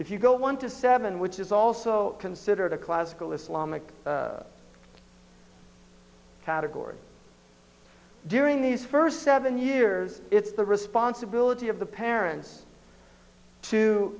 if you go one to seven which is also considered a classical islamic category during these first seven years it's the responsibility of the parents to